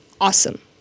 Awesome